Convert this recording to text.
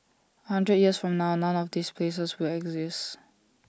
A hundred years from now none of these places will exist